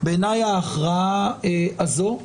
בעיניי ההכרעה הזו גם